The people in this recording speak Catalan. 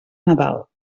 nadal